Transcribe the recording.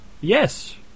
yes